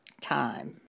time